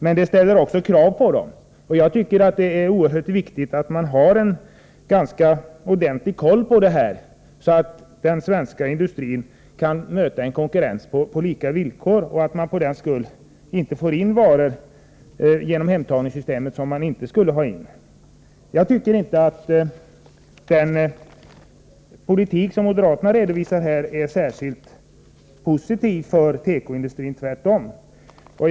Men det ställer också krav på dem, och jag tycker att det är viktigt att ha en ordentlig koll på detta, så att den svenska industrin kan möta konkurrensen på lika villkor. För den skull är det viktigt att det inte kommer in varor genom hemtagningssystemet som inte skulle få tas in. Jag tycker inte att den politik som moderaterna redovisar här är särskilt positiv för tekoindustrin — tvärtom.